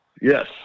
Yes